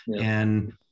And-